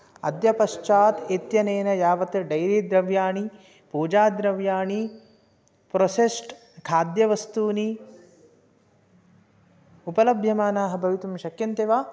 अद्यपश्चात् इत्यनेन यावत् डैरीद्रव्याणि पूजाद्रव्याणि प्रोसेस्ड् खाद्यवस्तूनि उपलभ्यमानाः भवितुं शक्यन्ते वा